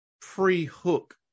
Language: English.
pre-hook